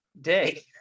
day